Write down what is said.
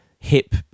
Hip